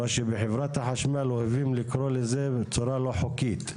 מה שבחברת החשמל אוהבים לקרוא לזה בצורה לא חוקית,